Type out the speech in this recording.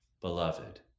Beloved